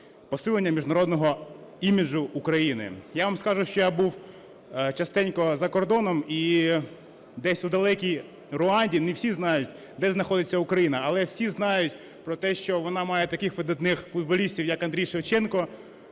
посилення міжнародного іміджу України. Я вам скажу, що я був частенько за кордоном, і десь у далекій Руанді не всі знають, де знаходиться Україна, але всі знають про те, що вона має таких видатних футболістів, як Андрій Шевченко,